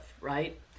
right